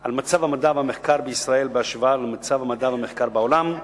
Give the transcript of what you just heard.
על מצב המדע והמחקר בישראל בהשוואה למצב המחקר והמדע בעולם.